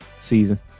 season